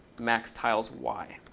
max tiles y.